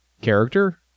character